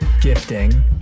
gifting